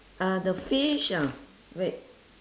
uh the fish ah wait